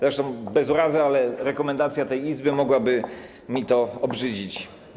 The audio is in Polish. Zresztą bez urazy, ale rekomendacja tej Izby mogłaby to obrzydzić.